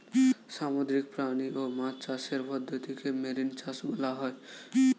সামুদ্রিক প্রাণী ও মাছ চাষের পদ্ধতিকে মেরিন চাষ বলা হয়